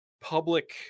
public